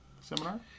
seminar